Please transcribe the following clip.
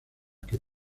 que